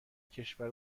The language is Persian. کشور